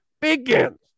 begins